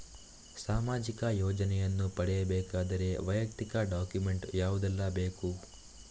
ಸಾಮಾಜಿಕ ಯೋಜನೆಯನ್ನು ಪಡೆಯಬೇಕಾದರೆ ವೈಯಕ್ತಿಕ ಡಾಕ್ಯುಮೆಂಟ್ ಯಾವುದೆಲ್ಲ ಬೇಕು?